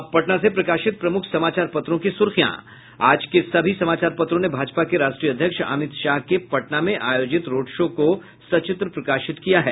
अब पटना से प्रकाशित प्रमुख समाचार पत्रों की सुर्खियां आज के सभी समाचार पत्रों ने भाजपा के राष्ट्रीय अध्यक्ष अमित शाह के पटना में आयोजित रोड शो को सचित्र प्रकाशित किया है